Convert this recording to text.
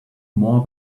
more